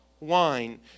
wine